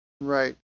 Right